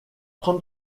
trente